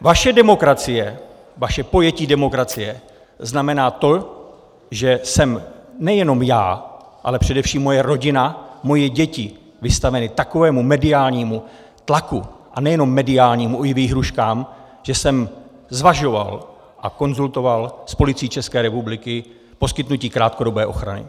Vaše demokracie, vaše pojetí demokracie znamená to, že jsem nejenom já, ale především moje rodina, moje děti vystaveny takovému mediálnímu tlaku, a nejenom mediálnímu, i výhrůžkám, že jsem zvažoval a konzultoval s Policií České republiky poskytnutí krátkodobé ochrany.